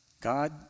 God